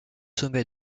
sommet